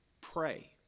pray